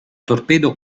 torpedo